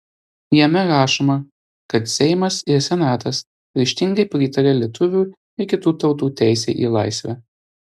jame rašoma kad seimas ir senatas ryžtingai pritaria lietuvių ir kitų tautų teisei į laisvę